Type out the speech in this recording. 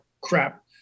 crap